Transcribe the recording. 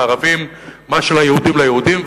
לערבים,